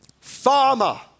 Farmer